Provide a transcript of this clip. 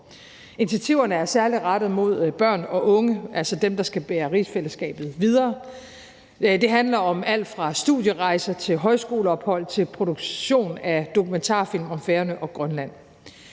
Initiativerne er særlig rettet mod børn og unge, altså dem, der skal bære rigsfællesskabet videre. Det handler om alt fra studierejser til højskoleophold og over til produktion af dokumentarfilm om Færøerne og Grønland.